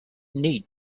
need